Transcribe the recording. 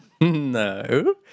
No